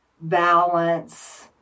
balance